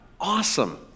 Awesome